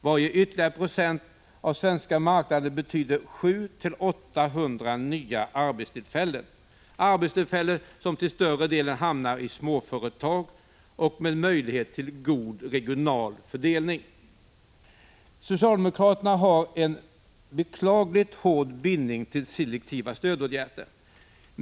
Varje ytterligare procent av den svenska marknaden betyder 700-800 nya arbetstillfällen — arbetstillfällen som till större delen hamnar i småföretag och som ger möjlighet till god regional fördelning. Socialdemokraterna har en beklagligt hård bindning till selektiva stödåtgärder.